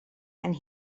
and